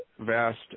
vast